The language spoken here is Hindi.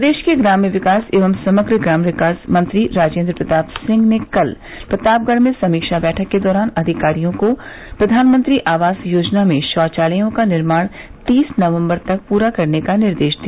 प्रदेश के ग्राम्य विकास एवं समग्र ग्राम्य विभाग मंत्री राजेन्द्र प्रताप सिंह ने कल प्रतापगढ़ में समीक्षा बैठक के दौरान अधिकारियों को प्रधानमंत्री आवास योजना में शौचालयों का निर्माण तीस नवम्बर तक पूरा करने का निर्देश दिया